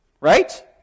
Right